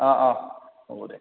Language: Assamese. অঁ অঁ হ'ব দে